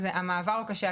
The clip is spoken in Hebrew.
והמעבר הוא קשה,